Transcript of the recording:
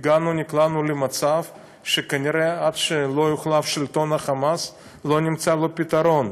נקלענו למצב שכנראה עד שלא יוחלף שלטון ה"חמאס" לא נמצא לו פתרון,